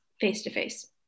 face-to-face